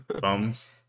Bums